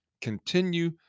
continue